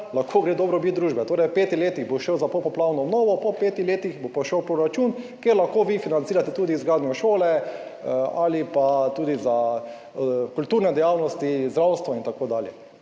lahko gre v dobrobit družbe. Torej v petih letih bo šel za popoplavno obnovo, po petih letih bo pa šel v proračun, kjer lahko vi financirate tudi izgradnjo šole ali pa tudi za kulturne dejavnosti, zdravstvo, in tako dalje.